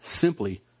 simply